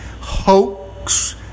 hoax